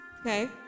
Okay